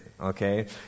okay